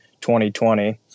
2020